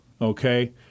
okay